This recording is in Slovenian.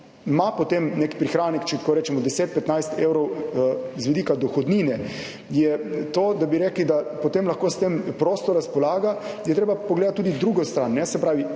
ima potem nek prihranek, če tako rečemo, 10, 15 evrov z vidika dohodnine, je to, da bi rekli, da potem lahko s tem prosto razpolaga, je treba pogledati tudi drugo stran, se pravi,